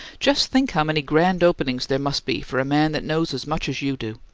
just think how many grand openings there must be for a man that knows as much as you do!